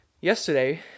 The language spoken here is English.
Yesterday